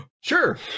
Sure